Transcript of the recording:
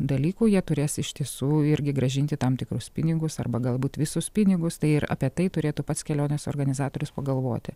dalykų jie turės iš tiesų irgi grąžinti tam tikrus pinigus arba galbūt visus pinigus tai ir apie tai turėtų pats kelionės organizatorius pagalvoti